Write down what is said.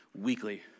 weekly